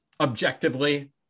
Objectively